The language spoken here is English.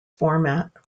format